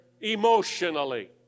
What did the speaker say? emotionally